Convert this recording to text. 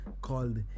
called